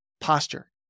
Posture